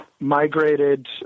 migrated